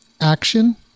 action